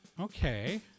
okay